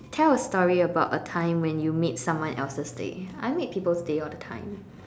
tell a story about a time when you made someone else's day I made people's day all the time